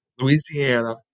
Louisiana